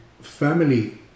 family